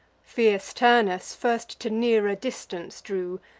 fierce turnus first to nearer distance drew,